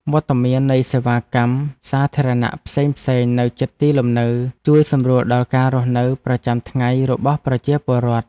វត្តមាននៃសេវាកម្មសាធារណៈផ្សេងៗនៅជិតទីលំនៅ ជួយសម្រួលដល់ការរស់នៅប្រចាំថ្ងៃរបស់ប្រជាពលរដ្ឋ។